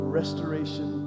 restoration